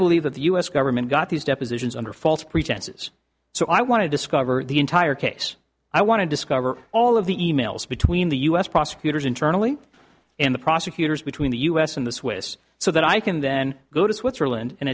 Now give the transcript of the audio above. believe that the u s government got these depositions under false pretenses so i want to discover the entire case i want to discover all of the e mails between the u s prosecutors internally and the prosecutors between the u s and the swiss so that i can then go to switzerland and